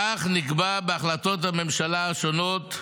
כך נקבע בהחלטות הממשלה השונות,